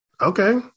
Okay